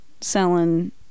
selling